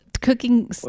cooking